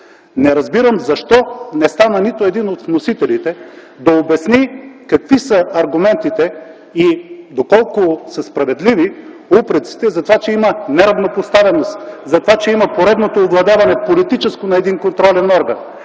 Не разбирам защо не стана нито един от вносителите да обясни какви са аргументите и доколко са справедливи упреците за това, че има неравнопоставеност, за това, че има поредното политическо овладяване на един контролен орган,